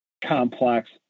complex